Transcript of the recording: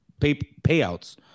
payouts